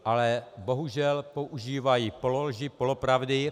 Ale bohužel používají pololži, polopravdy.